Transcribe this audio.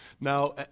Now